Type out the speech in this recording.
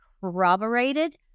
corroborated